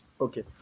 Okay